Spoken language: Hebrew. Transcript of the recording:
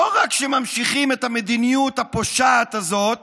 לא רק שממשיכים את המדיניות הפושעת הזאת